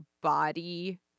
body